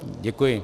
Děkuji.